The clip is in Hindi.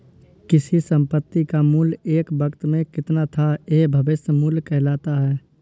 किसी संपत्ति का मूल्य एक वक़्त में कितना था यह भविष्य मूल्य कहलाता है